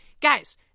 Guys